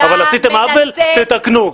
אבל עשיתם עוול, תתקנו.